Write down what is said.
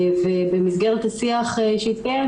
במסגרת השיח שהתקיים,